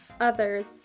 others